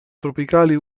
tropicali